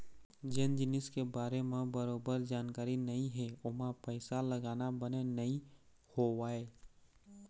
जेन जिनिस के बारे म बरोबर जानकारी नइ हे ओमा पइसा लगाना बने नइ होवय